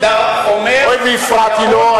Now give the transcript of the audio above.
הלילה.